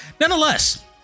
nonetheless